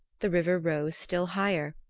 the river rose still higher,